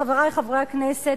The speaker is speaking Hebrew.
חברי חברי הכנסת,